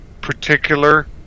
particular